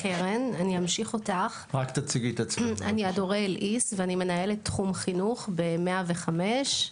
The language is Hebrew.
אני מנהלת תחום חינוך ב-105.